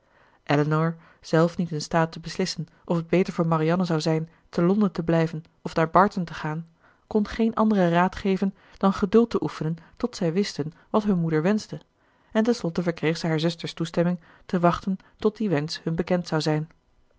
elinor zelf niet in staat te beslissen of het beter voor marianne zou zijn te londen te blijven of naar barton te gaan kon geen anderen raad geven dan geduld te oefenen tot zij wisten wat hun moeder wenschte en ten slotte verkreeg zij haar zuster's toestemming te wachten tot die wensch hun bekend zou zijn